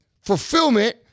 fulfillment